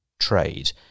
trade